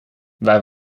wij